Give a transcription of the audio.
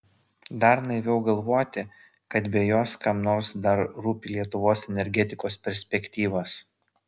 dar naiviau galvoti kad be jos kam nors dar rūpi lietuvos energetikos perspektyvos